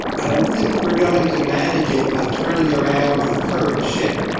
i don't think we're going to manage it by turning around the current ship.